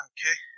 Okay